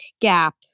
gap